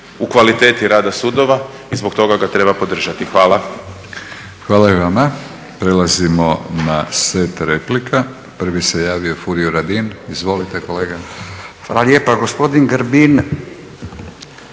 u kvaliteti rada sudova i zbog toga ga treba podržati. Hvala. **Batinić, Milorad (HNS)** Hvala i vama. Prelazimo na set replika. Prvi se javio Furio Radin. Izvolite kolega. **Radin, Furio